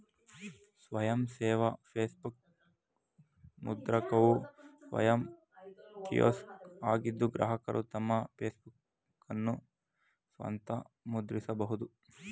ಸ್ವಯಂ ಸೇವಾ ಪಾಸ್ಬುಕ್ ಮುದ್ರಕವು ಸ್ವಯಂ ಕಿಯೋಸ್ಕ್ ಆಗಿದ್ದು ಗ್ರಾಹಕರು ತಮ್ಮ ಪಾಸ್ಬುಕ್ಅನ್ನ ಸ್ವಂತ ಮುದ್ರಿಸಬಹುದು